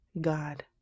god